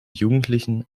jugendlichen